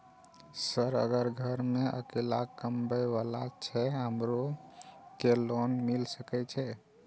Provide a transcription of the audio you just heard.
Sir अगर घर में अकेला कमबे वाला छे हमरो के लोन मिल सके छे?